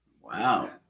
Wow